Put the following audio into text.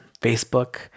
Facebook